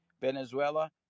Venezuela